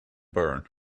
burn